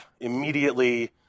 immediately